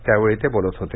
त्यावेळी ते बोलत होते